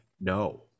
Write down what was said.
no